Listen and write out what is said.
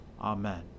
Amen